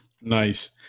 Nice